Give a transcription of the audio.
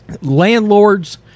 landlords